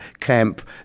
camp